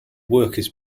workers